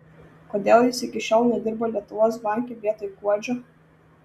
kodėl jis iki šiol nedirba lietuvos banke vietoj kuodžio